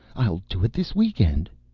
i'll do it this week end.